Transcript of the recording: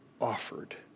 offered